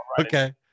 okay